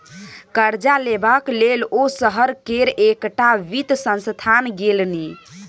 करजा लेबाक लेल ओ शहर केर एकटा वित्त संस्थान गेलनि